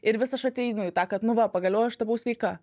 ir vis aš ateinu į tai kad nu va pagaliau aš tapau sveika